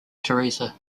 teresa